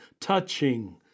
touching